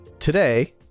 Today